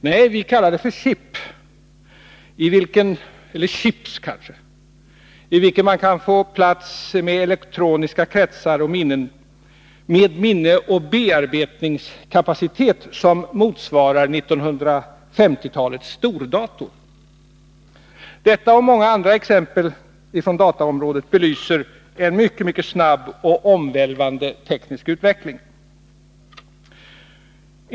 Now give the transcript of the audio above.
Nej, vi kallar den för chips, och i den kan man få plats med elektroniska kretsar och minnen med minne och bearbetningskapacitet som motsvarar 1950-talets stordator. Detta och många andra exempel från dataområdet belyser en mycket snabb och omvälvande teknisk utveckling.